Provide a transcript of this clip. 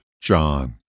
John